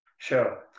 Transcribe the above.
Sure